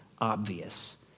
obvious